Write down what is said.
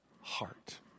heart